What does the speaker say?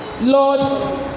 Lord